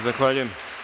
Zahvaljujem.